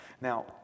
Now